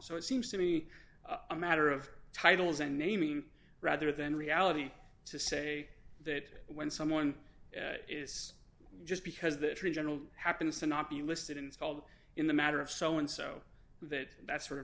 so it seems to me a matter of titles and naming rather than reality to say that when someone is just because the general happens to not be listed installed in the matter of so and so that that's sort of